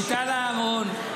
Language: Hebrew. למיטל מימון,